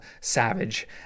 savage